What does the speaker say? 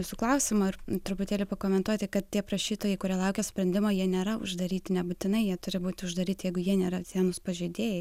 jūsų klausimo truputėlį pakomentuoti kad tie prašytojai kurie laukia sprendimo jie nėra uždaryti nebūtinai jie turi būti uždaryti jeigu jie nėra sienos pažeidėjai